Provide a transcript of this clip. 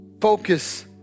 focus